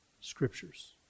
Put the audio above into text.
scriptures